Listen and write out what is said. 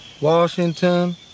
Washington